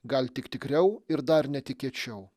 gal tik tikriau ir dar netikėčiau